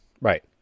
Right